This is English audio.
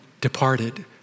departed